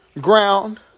ground